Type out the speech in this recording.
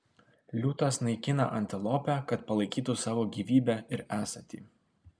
liūtas naikina antilopę kad palaikytų savo gyvybę ir esatį